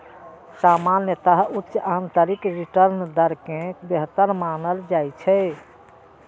सामान्यतः उच्च आंतरिक रिटर्न दर कें बेहतर मानल जाइ छै